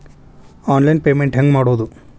Online payment ಹೆಂಗ್ ಮಾಡೋದು?